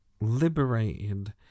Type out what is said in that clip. liberated